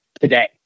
today